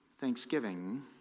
thanksgiving